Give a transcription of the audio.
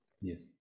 Yes